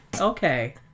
Okay